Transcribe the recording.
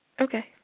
Okay